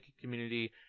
community